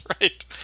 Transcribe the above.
right